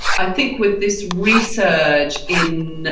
i think with this resurge in,